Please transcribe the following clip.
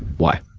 why?